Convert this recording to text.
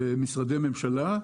גם משרדי ממשלה,